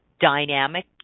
dynamic